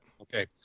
Okay